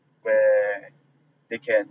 where they can